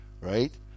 Right